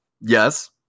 Yes